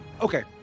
Okay